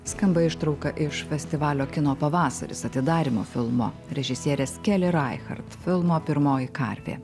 skamba ištrauka iš festivalio kino pavasaris atidarymo filmo režisierės keli raichart filmo pirmoji karvė